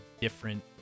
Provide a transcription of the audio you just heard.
different